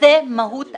וזה מהות הכלי.